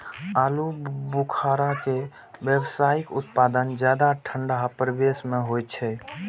आलू बुखारा के व्यावसायिक उत्पादन ज्यादा ठंढा प्रदेश मे होइ छै